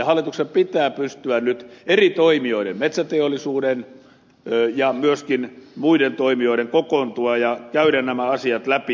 hallituksen pitää pystyä nyt eri toimijoiden metsäteollisuuden ja myöskin muiden toimijoiden kanssa kokoontua ja käydä nämä asiat läpi